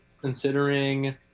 considering